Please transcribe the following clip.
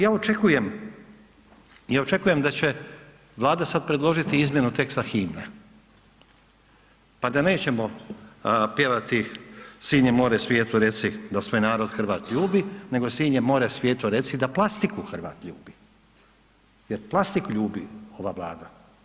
Ja, ja očekujem, ja očekujem da će Vlada sad predložiti izmjenu teksta himne, pa da nećemo pjevati sinje more svijetu reci da svoj narod Hrvat ljubi, nego sinje more svijetu reci da plastiku Hrvat ljubi, jer plastiku ljubi ova Vlada.